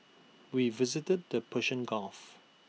we visited the Persian gulf